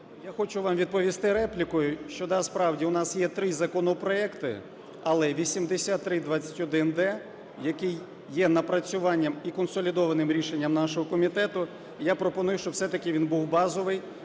Я хочу вам відповісти реплікою, що, насправді, у нас є три законопроекти. Але 8321-д, який є напрацюванням і консолідованим рішенням нашого комітету, я пропоную, щоб все-таки він був базовий.